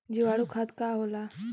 जीवाणु खाद का होला?